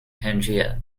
pangaea